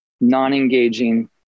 non-engaging